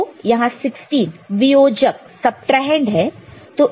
तो यहां 16 वियोजक सबट्राहैंड subtrahend है